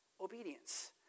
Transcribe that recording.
obedience